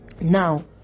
Now